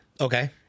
Okay